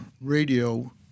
radio